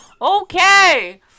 Okay